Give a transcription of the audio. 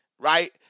right